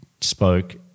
spoke